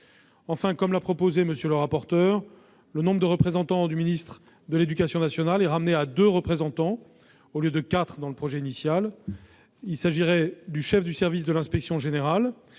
Enfin, comme l'a proposé M. le rapporteur, le nombre de représentants du ministre chargé de l'éducation nationale diminue et est ramené à deux, au lieu de quatre dans le projet initial. Il s'agirait du chef de service de l'Inspection générale-